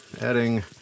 adding